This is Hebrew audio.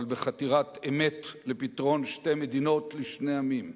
אבל בחתירת אמת לפתרון שתי מדינות לשני עמים,